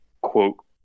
quote